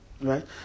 Right